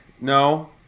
no